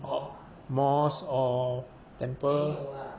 or mosque or temple